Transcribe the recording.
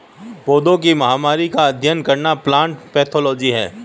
पौधों की महामारी का अध्ययन करना प्लांट पैथोलॉजी है